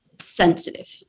sensitive